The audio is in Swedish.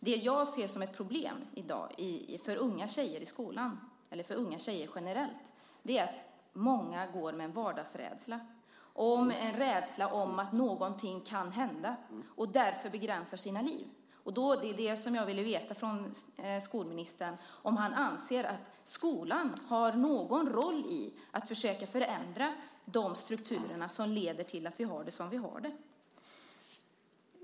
Det jag ser som ett problem i dag för unga tjejer i skolan och unga tjejer generellt är att många går med en vardagsrädsla, en rädsla för att någonting kan hända och därför begränsar sina liv. Det jag vill veta från skolministern är om han anser att skolan har någon roll i att försöka förändra de strukturer som leder till att vi har det som vi har det.